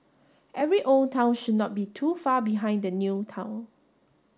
every old town should not be too far behind the new town